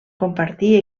compartir